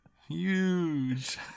Huge